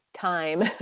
time